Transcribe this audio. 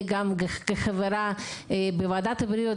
אני גם כחברה בוועדת הבריאות,